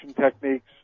techniques